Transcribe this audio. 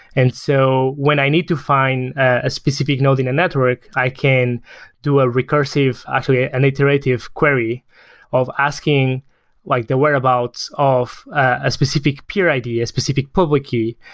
and so when i need to find a specific node in a network, i can do a recursive, actually an iterative query of asking like the whereabouts of a specific peer id, a specific public key.